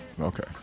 Okay